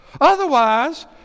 Otherwise